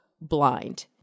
blind